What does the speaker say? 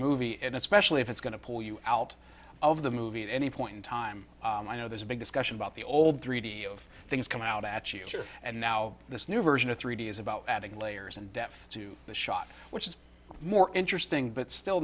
movie and especially if it's going to pull you out of the movie at any point in time i know there's a big discussion about the old three d of things coming out at you and now this new version of three d is about adding layers and depth to the shot which is more interesting but still